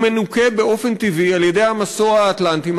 הוא מנוקה באופן טבעי על-ידי המסוע האטלנטי,